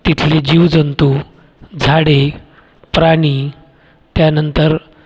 तिथली जीवजंतू झाडे प्राणी त्यानंतर